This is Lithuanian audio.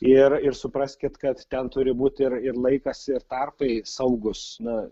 ir ir supraskit kad ten turi būt ir ir laikas ir tarpai saugūs na